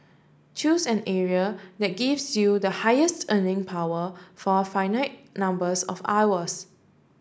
choose an area that gives you the highest earning power for a finite numbers of hours